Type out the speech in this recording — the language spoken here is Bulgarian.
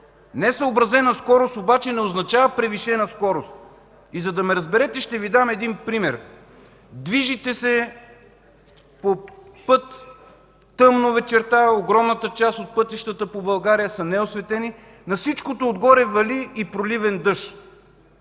Несъобразена скорост обаче не означава превишена скорост. За да ме разберете, ще Ви дам пример. Движите се по път по тъмно, вечерта огромната част от пътищата в България са неосветени, на всичкото отгоре вали и проливен дъжд.